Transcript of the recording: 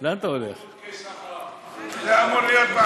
זה אמור להיות בוועדת הכספים.